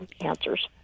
answers